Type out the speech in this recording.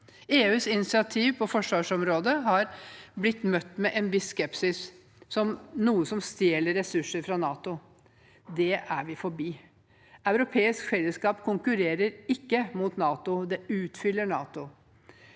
EUs initiativ på forsvarsområdet har blitt møtt med en viss skepsis – som noe som stjeler ressurser fra NATO. Det er vi forbi. Europeisk fellesskap konkurrerer ikke mot NATO. Det utfyller NATO.